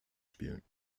spielen